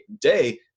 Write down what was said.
day